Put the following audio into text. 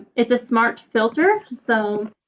it's a smart filter, so